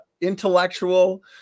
intellectual